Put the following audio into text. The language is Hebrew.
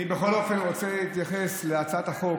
אני בכל אופן רוצה להתייחס להצעת החוק